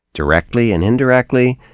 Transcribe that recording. directly and indirectly,